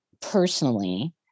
Personally